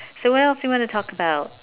so what else you wanna talk about